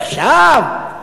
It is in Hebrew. עכשיו,